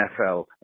NFL